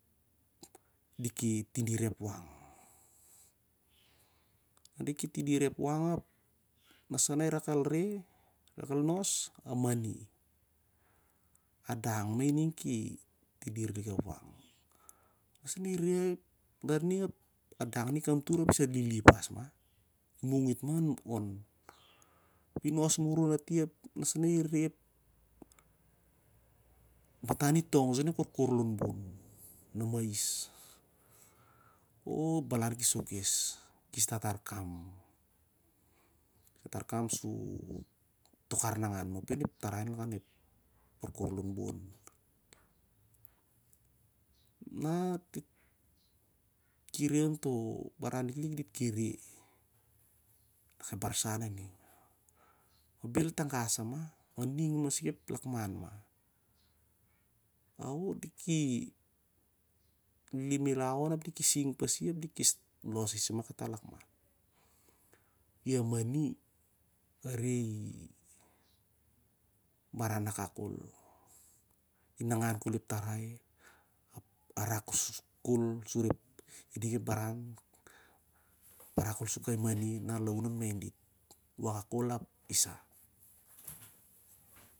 Di ki tidir ep wok na di ki tidir ep wak ap na sa i rak el re i rakel nos a mani a dang ma i ning ki tidir lik ep wak na sa i re lar ning ap a dang ming i re ap i lili pas ma i mung it ma oni nos muii ati ap na sa i re ap matau i tong sen on ep kurkur lon bon na masi o balau ki sokes ki stat arkami ar kam ru tok arnangan lakan ep tarai onep rur kur lonbon na ki re on to baran liklik dit ki re kanak ep barsan i ning ma bel taga sama ma ning masik ep lakman ma ao di ki lili milan on ap di ki sing masi ap dit ki wot lakman sama. I a mani a re i baran akak kol i nangan kolep tarai ap a rak kol suri ding ep baran ap a rak kol su kai mani na laun an main dit wakak kol ap isa.